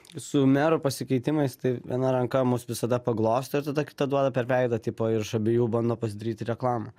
su mero pasikeitimais tai viena ranka mus visada paglostė ir tada kita duoda per veidą tipo ir iš abiejų bando pasidaryti reklamą